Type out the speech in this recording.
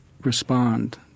respond